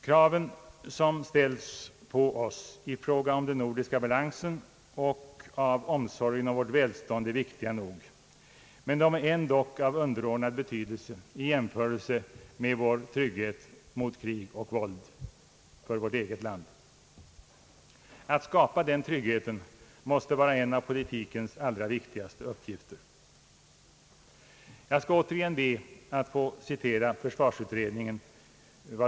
Kraven som ställs på oss i fråga om den nordiska balansen och av omsorgen om vårt välstånd är viktiga nog, men de är ändock av underordnad betydelse i jämförelse med trygghet mot krig och våld för vårt eget land. Att skapa den tryggheten måste vara en av politikens allra viktigaste uppgifter. Jag skall återigen be att få citera för svarsutredningen.